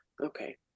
Okay